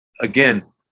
again